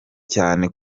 cyane